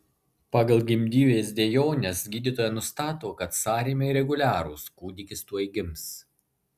pagal gimdyvės dejones gydytoja nustato kad sąrėmiai reguliarūs kūdikis tuoj gims